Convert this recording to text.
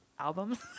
Albums